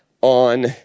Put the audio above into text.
on